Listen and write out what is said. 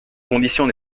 conditions